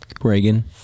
Reagan